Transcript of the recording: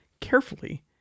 carefully